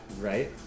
right